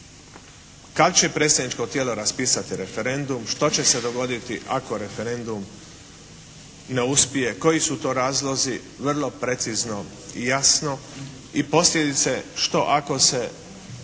Kad će predsjedničko tijelo raspisati referendum, što će se dogoditi ako referendum ne uspije, koji su to razlozi, vrlo precizno i jasno i posljedice što ako se